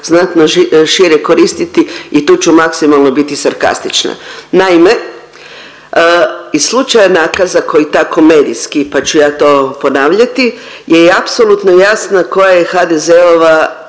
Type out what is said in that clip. znatno šire koristiti i tu ću maksimalno biti sarkastična. Naime, iz slučaja nakaza koji tako medijski, pa ću ja to ponavljati, je apsolutno jasna koja je HDZ-ova